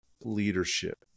leadership